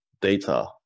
data